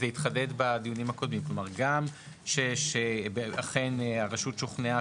וזה התחדד בדיונים קודמים: גם שאכן הרשות שוכנעה